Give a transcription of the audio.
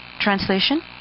Translation